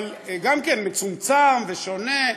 אבל גם כן מצומצם ושונה,